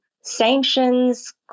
sanctions